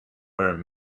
are